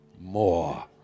More